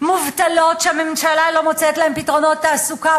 מובטלות שהממשלה לא מוצאת להן פתרונות תעסוקה.